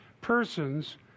persons